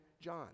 John